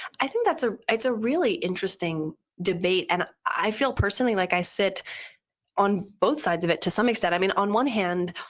i think ah it's a really interesting debate, and i feel personally like i sit on both sides of it to some extent. i mean, on one hand,